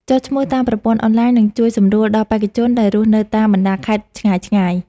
ចុះឈ្មោះតាមប្រព័ន្ធអនឡាញនឹងជួយសម្រួលដល់បេក្ខជនដែលរស់នៅតាមបណ្ដាខេត្តឆ្ងាយៗ។